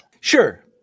sure